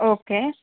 okay